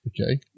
Okay